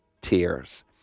tears